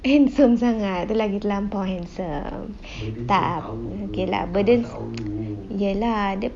handsome sangat dia lagi terlampau handsome tak okay lah burden ya lah